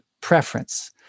preference